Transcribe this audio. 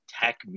tech